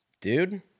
Dude